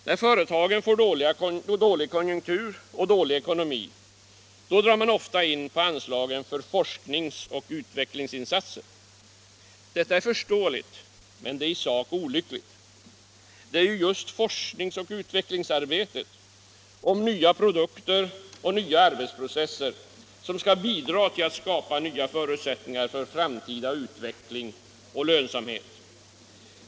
När företagen drabbas av dåliga konjunkturer och dålig ekonomi drar de ofta in på anslagen för forskningsoch utvecklingsinsatser. Det är förståeligt, men det är i sak olyckligt. Det är ju just forskningsoch utvecklingsarbetet beträffande nya produkter och nya arbetsprocesser som skall bidra till att skapa nya förutsättningar för framtida utveckling och lönsamhet.